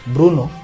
Bruno